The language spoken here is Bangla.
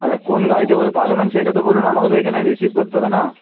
আচ্ছা কোন গাড়িতে করে পাঠাবেন সেটা তো বলুন আমাকে তো এখানে রিসিভ করতে হবে না